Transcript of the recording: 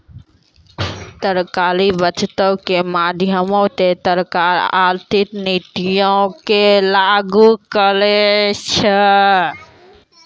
सरकारी बजटो के माध्यमो से सरकार आर्थिक नीति के लागू करै छै